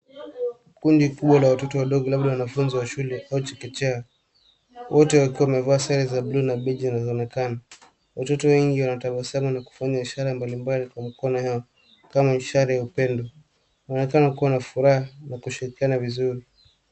Kundi kuu la watoto wadogo labda wanafunzi wa shule au chekechea wote wakiwa wamevaa sare za bluu na beige zinaoenkana watoto wengi wanatabasamu na kufanya ishara mbalimbali kwa mikono yao kama ishara ya upendo, wanaonekana kuwa na furaha na kushirikiana vizuri.